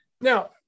now